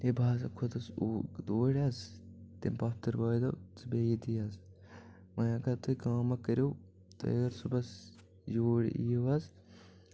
ہے بہٕ ہسا کھوٚتُس اوٗرۍ حظ تٔمۍ پۄپھترۍ بأے دوٚپ ژٕ بیٚہٚہ ییٚتی حظ وۄنۍ اگر تُہۍ کأم اکھ کٔرِو تُہۍ اگر صُبحَس یوٗرۍ یِیِو حظ